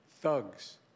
Thugs